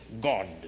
God